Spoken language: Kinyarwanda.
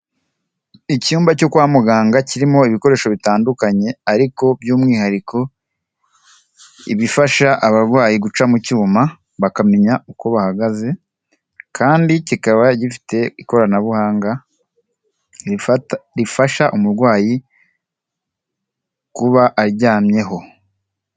Icyumba cyo kwa muganga kirimo ibikoresho bitandukanye ariko by'umwihariko ibifasha abarwayi guca mu cyuma, bakamenya uko bahagaze kandi kikaba gifite ikoranabuhanga rifasha umurwayi kuba aryamyeho.